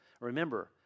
Remember